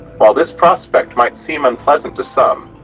while this prospect might seem unpleasant to some,